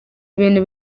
ibintu